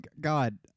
God